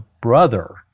brother